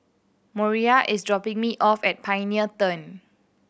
Moriah is dropping me off at Pioneer Turn